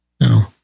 No